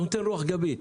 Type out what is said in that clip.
אנחנו ניתן רוח גבית.